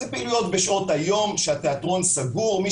אלה פעילויות בשעות היום כאשר התיאטרון סגור ומי